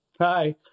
Hi